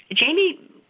Jamie